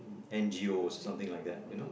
and G O something like that you know